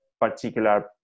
particular